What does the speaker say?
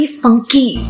funky